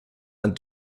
and